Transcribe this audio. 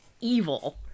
evil